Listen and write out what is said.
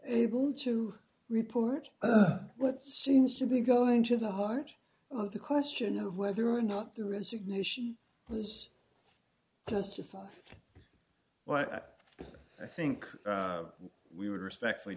able to report what seems to be going to the heart of the question of whether or not the resignation was justified well i've i think we would respectfully